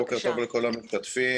בוקר טוב לכל המשתתפים,